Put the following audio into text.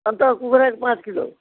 अन्त कुखुराको पाँच किलो